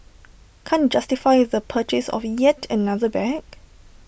can't justify the purchase of yet another bag